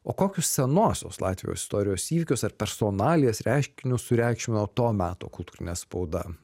o kokius senosios latvijos istorijos įvykius ar personalijas reiškinius sureikšmino to meto kultūrinė spauda